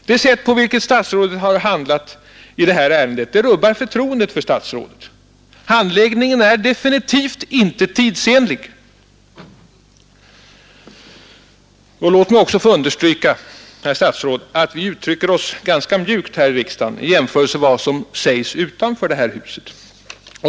Det sätt på vilket statsrådet har handlat i detta ärende rubbar förtroendet för statsrådet. Handläggningen är definitivt inte tidsenlig. Låt mig också få understryka att vi uttrycker oss mjukt här i riksdagen i jämförelse med vad som sägs utanför detta hus.